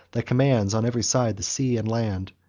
that commands, on every side, the sea and land,